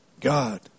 God